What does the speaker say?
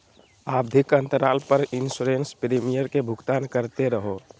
आवधिक अंतराल पर इंसोरेंस प्रीमियम के भुगतान करते रहो